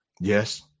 Yes